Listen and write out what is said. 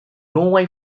norway